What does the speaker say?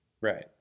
Right